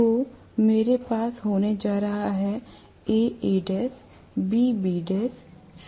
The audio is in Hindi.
तो मेरे पास होने जा रहा हैं A Al B Bl C Cl